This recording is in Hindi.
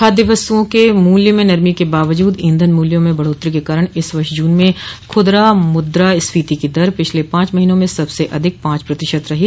खाद्य वस्तुओं के मूल्य म नरमी के बावजूद ईंधन मूल्यों में बढ़ोतरी के कारण इस वर्ष जून में खुदरा मुद्रा स्फीति की दर पिछले पांच महीनों में सबसे अधिक पांच प्रतिशत रही